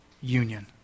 union